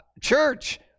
church